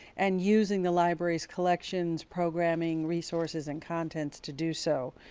and using the library's collections, programming, resources, and contents to do so.